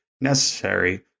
necessary